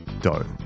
dough